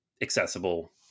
accessible